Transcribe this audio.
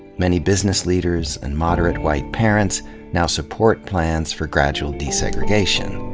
many business leaders and moderate white parents now support plans for gradual desegregation.